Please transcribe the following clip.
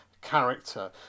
character